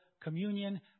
Communion